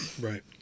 Right